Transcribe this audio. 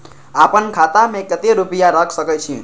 आपन खाता में केते रूपया रख सके छी?